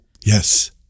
Yes